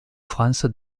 france